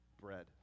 bread